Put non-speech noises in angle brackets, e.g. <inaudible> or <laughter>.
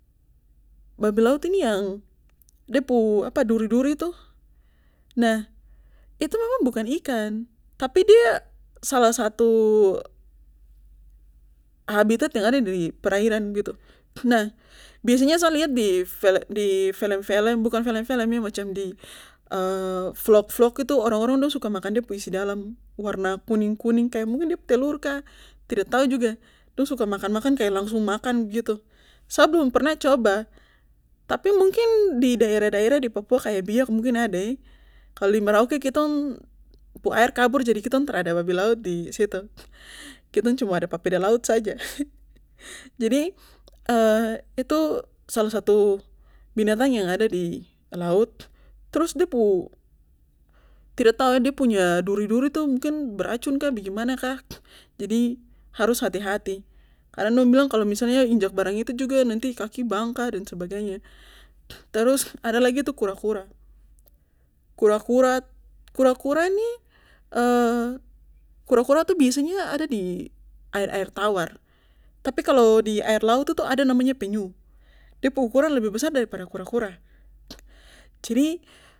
Babi laut nih yang apa de pu duri duri tuh nah itu memang bukan ikan tapi de salah satu habitat yang ada di perairan begitu nah biasanya sa lihat di film di film film bukan film film <hesitation> macam di <hesitation> vlog vlog itu orang orang tuh suka makan de pu isi dalam warna kuning kuning kaya mungkin de pu telur kah tidak tau juga dong suka makan makan kaya langsung makan begitu sa belum pernah coba tapi mungkin di daerah daerah di papua kaya biak mungkin ada <hesitation> kalo merauke kitong pu air kabur jadi kitong trada ada babi laut disitu kitong cuma ada papeda laut saja <laughs> jadi <hesitation> salah satu binatang yang ada di laut trus de pu tidak tau <hesitation> de punya duri duri itu mungkin beracun kah bagaimana kah jadi harus hati hati karna dong bilang kalo misalnya injak barang itu nanti kaki bangka dan sebagaimananya terus ada lagi tu kura kura kura kura nih <hesitation> kura kura tuh biasanya ada di air air tawar tapi kalo di air laut tuh ada namanya penyu de pu ukuran lebih besar daripada kura kura <noise> jadi